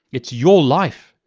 it's your life.